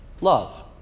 Love